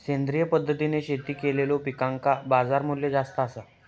सेंद्रिय पद्धतीने शेती केलेलो पिकांका बाजारमूल्य जास्त आसा